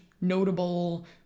notable